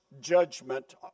judgment